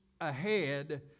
ahead